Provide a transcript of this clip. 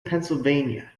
pennsylvania